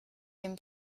dem